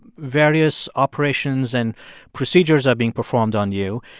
various operations and procedures are being performed on you.